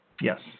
Yes